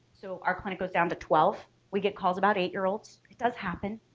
so our clinic goes down to twelve we get calls about eight-year-olds, it does happen.